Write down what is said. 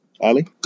Ali